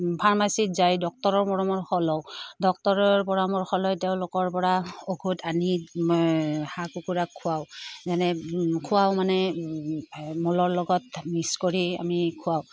ফাৰ্মাচিত যায় ডাকক্তৰৰ পৰামৰ্শ লওঁ ডাক্তৰৰ পৰামৰ্শ লৈ তেওঁলোকৰপৰা ঔষধ আনি হাঁহ কুকুৰাক খুৱাওঁ যেনে খুৱাওঁ মানে মলৰ লগত মিক্স কৰি আমি খুৱাওঁ